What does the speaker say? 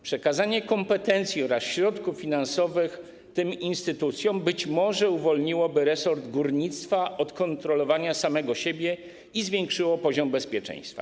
Przekazanie kompetencji oraz środków finansowych tym instytucjom być może uwolniłoby resort górnictwa od kontrolowania samego siebie i zwiększyło poziom bezpieczeństwa.